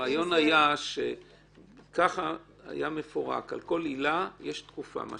זה היה מפורק, על כל עילה יש תקופה.